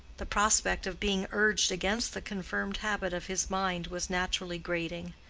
the prospect of being urged against the confirmed habit of his mind was naturally grating.